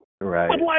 Right